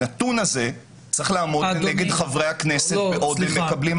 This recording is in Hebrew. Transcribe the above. הנתון הזה צריך לעמוד לנגד חברי הכנסת בעוד הם מקבלים החלטה.